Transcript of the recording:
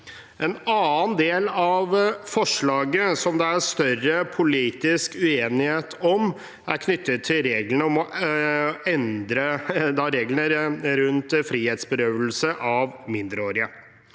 En annen del av forslaget, som det er større politisk uenighet om, er knyttet til å endre reglene om frihetsberøvelse av mindreårige.